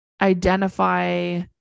Identify